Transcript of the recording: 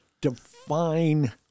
Define